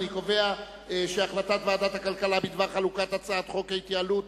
אני קובע שהחלטת ועדת הכלכלה בדבר חלוקת הצעת חוק ההתייעלות